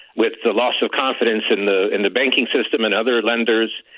with the loss of confidence in the in the banking system and other lenders.